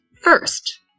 First